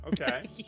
Okay